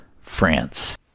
France